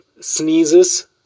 sneezes